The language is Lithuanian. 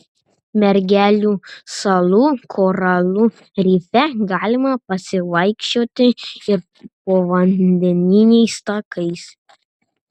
mergelių salų koralų rife galima pasivaikščioti ir povandeniniais takais